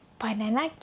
banana